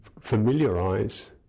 familiarize